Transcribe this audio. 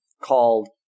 called